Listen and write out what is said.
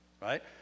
right